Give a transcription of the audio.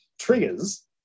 triggers